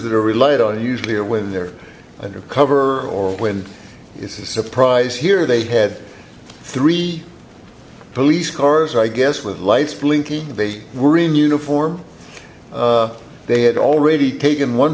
that are related or usually are when they're under cover or when it's a surprise here they've had three police cars i guess with lights blinking they were in uniform they had already taken one